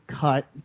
cut